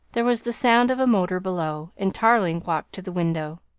there was the sound of a motor below, and tarling walked to the window.